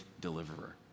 deliverer